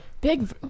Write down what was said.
Big